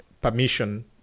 permission